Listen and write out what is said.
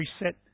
reset